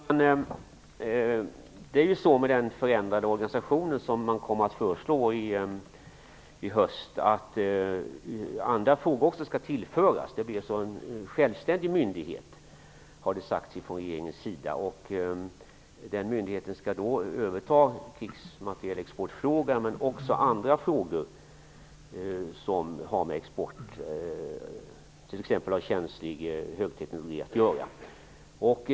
Herr talman! Det är så med den förändrade organisation som man kommer att föreslå i höst att andra frågor också skall tillföras. Det skall bli en självständig myndighet, enligt vad som sagts från regeringens sida. Den myndigheten skall överta krigsmaterielexportfrågan, men också andra frågor som t.ex. har med export av känslig högteknologi att göra.